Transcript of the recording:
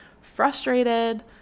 frustrated